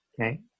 Okay